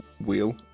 wheel